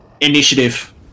Initiative